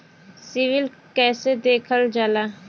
CIBIL कैसे देखल जाला?